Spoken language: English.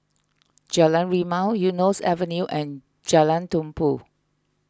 Jalan Rimau Eunos Avenue and Jalan Tumpu